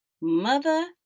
Mother